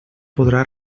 podrà